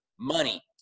money